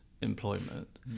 employment